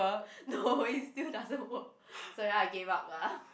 no it still doesn't work so I gave up lah